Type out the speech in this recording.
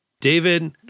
David